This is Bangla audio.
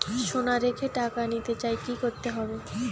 সোনা রেখে টাকা নিতে চাই কি করতে হবে?